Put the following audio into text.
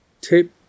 tip